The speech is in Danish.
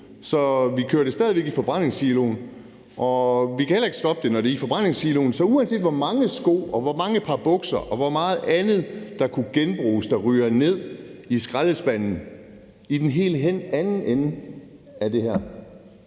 Så vi kører det stadig væk i forbrændingssiloen, og vi kan heller ikke stoppe det, når det er i forbrændingssiloen. Så uanset hvor mange sko, hvor mange par bukser og hvor meget andet, som kunne genbruges, der ryger ned i skraldespanden i den helt anden ende af det her,